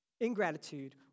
ingratitude